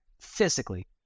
physically